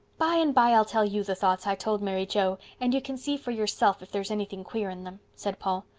by and by i'll tell you the thoughts i told mary joe and you can see for yourself if there's anything queer in them, said paul,